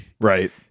Right